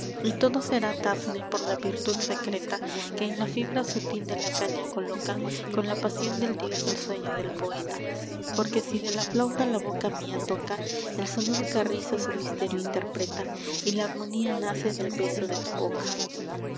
y todo será dafne por la virtud secreta que en la fibra sutil de la caña coloca con la pasión del dios el sueño del poeta porque si de la flauta la boca mía toca el sonoro carrizo su misterio interpreta y la armonía nace del beso de tu boca